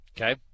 okay